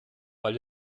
weil